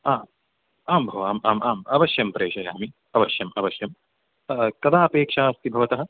हा आम् भो आम् आम् आम् अवश्यं प्रेषयामि अवश्यम् अवश्यं कदा अपेक्षा अस्ति भवतः